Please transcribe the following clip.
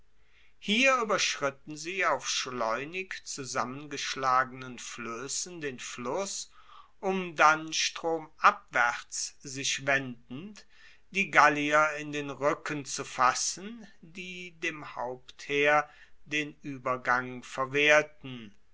hier ueberschritten sie auf schleunig zusammengeschlagenen floessen den fluss um dann stromabwaerts sich wendend die gallier in den ruecken zu fassen die dem hauptheer den uebergang verwehrten